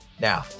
Now